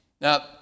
Now